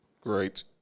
Great